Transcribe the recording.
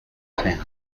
towns